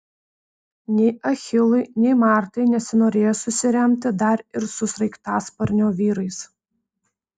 nei achilui nei martai nesinorėjo susiremti dar ir su sraigtasparnio vyrais